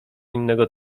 innego